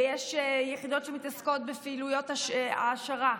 ויש יחידות שמתעסקות בפעילויות העשרה.